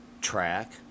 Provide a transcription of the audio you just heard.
track